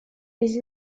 les